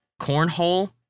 Cornhole